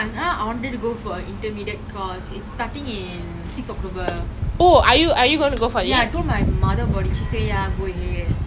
so like !wah! then like I go talk to them lah before then they were like then it was quite awkward and a bit embarrassing a bit paiseh for me lah